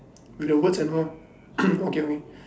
with the words and all okay okay